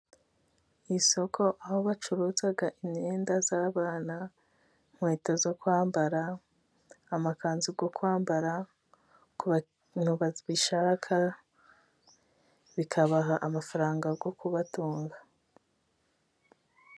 Isoko aho bacuruza imyenda z'abana, inkkweto zo kwambara, amakanzu yo kwambara, ku babishaka bikabaha amafaranga yo kubatunga.